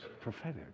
prophetic